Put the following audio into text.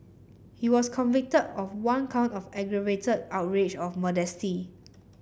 he was convicted of one count of aggravated outrage of modesty